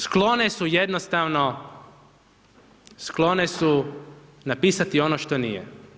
Sklone su jednostavno, sklone su napisati ono što nije.